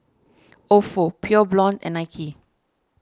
Ofo Pure Blonde and Nike